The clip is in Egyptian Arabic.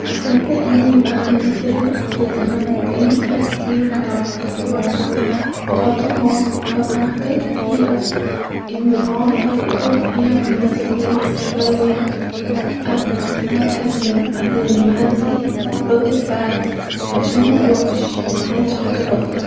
هحب يبقي عندي زر ايقاف الزمن-لان ساعات كتير بتعرض لمواقف-وتحط في مواقف ببقي محتاجه فيها اني اقعد افكر فيها مع نفسي-شويه-قبل-مااتكلم قبل ما ادي ردت فعل-عشان مغلطتش معملش حاجه غلط